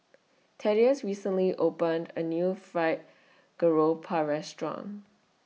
Thaddeus recently opened A New Fried Garoupa Restaurant